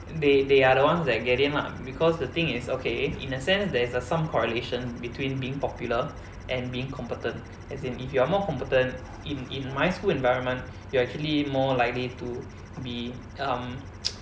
ya they they are the ones that get in lah because the thing is okay in a sense there is a some correlation between being popular and being competent as in if you are more competent in in my school environment you are actually more likely to be um